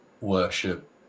worship